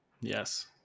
Yes